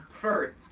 first